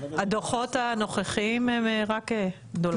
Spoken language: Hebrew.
הדו"חות הנוכחיים הם רק דולרים?